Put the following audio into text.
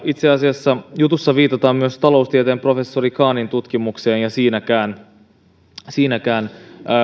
itse asiassa jutussa viitataan myös taloustieteen professori kahnin tutkimukseen ja siinäkään siinäkään